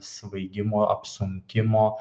svaigimo apsunkimo